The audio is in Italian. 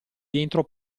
dentro